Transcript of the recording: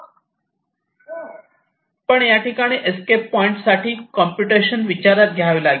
पण या ठिकाणी एस्केप पॉईंट साठी कॉम्प्युटेशन विचारात घ्यावे लागते